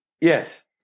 yes